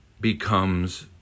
becomes